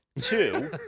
two